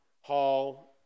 Hall